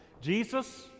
Jesus